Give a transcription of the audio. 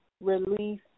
release